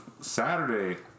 Saturday